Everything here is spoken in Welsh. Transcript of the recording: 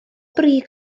brig